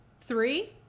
three